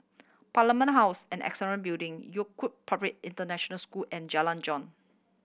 Parliament House and Annexe Building International School and Jalan Jong